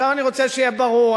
אני רוצה שיהיה ברור.